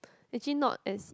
actually not as